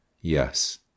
Yes